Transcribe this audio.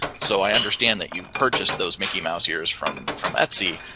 so i understand that you've purchased those mickey mouse years from from etsy,